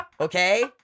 Okay